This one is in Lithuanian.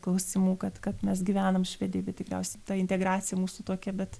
klausimų kad kad mes gyvenam švedijoj bet tikriausiai ta integracija mūsų tokia bet